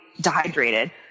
dehydrated